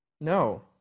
No